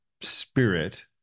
spirit